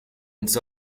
its